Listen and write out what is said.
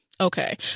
okay